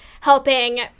helping